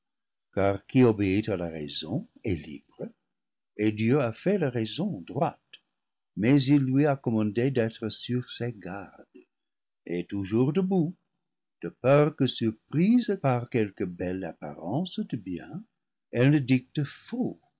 à la raison est libre et dieu a fait la raison droite mais il lui a commandé d'être sur ses gardes et toujours debout de peur que sur prise par quelque belle apparence de bien elle ne dicte faux